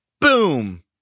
boom